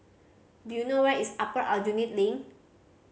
do you know where is Upper Aljunied Link